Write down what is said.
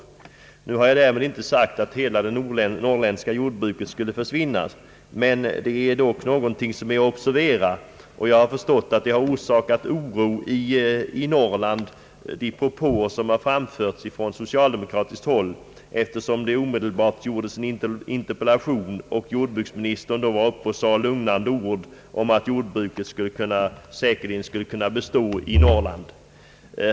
Därmed har jag inte sagt att hela det norrländska jordbruket skulle försvinna, men det är dock någonting som bör observeras. Jag har förstått att det har orsakat oro i Norrland genom de propåer som har framförts från socialdemokratiskt håll, eftersom det omedelbart ställdes en interpellation och = jordbruksministern sade några lugnande ord om att jordbruket säkerligen skulle kunna bestå i Norrland.